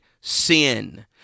sin